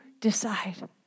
decide